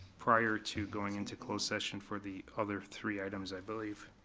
prior to going into closed session for the other three items, i believe.